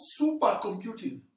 supercomputing